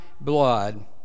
blood